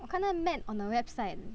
我看到 matte on the website